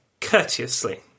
courteously